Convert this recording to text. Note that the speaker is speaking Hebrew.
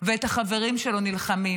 ואת החברים שלו נלחמים.